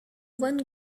one